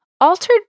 altered